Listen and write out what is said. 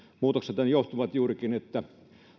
muutoksethan johtuivat juurikin siitä että